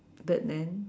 Birdman